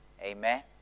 Amen